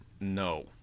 no